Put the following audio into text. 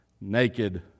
naked